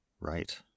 Right